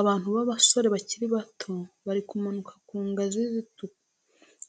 Abantu b'abasore bakiri bato bari kumanuka ku ngazi